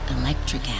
Electric